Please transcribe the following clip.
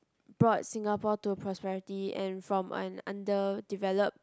brought Singapore to prosperity and from an under developed